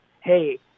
hey